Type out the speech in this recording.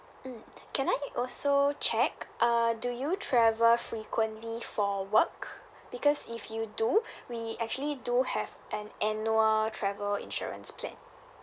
mm can I also check uh do you travel frequently for work because if you do we actually do have an annual travel insurance plan